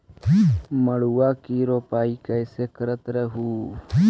मड़उआ की रोपाई कैसे करत रहलू?